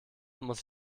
muss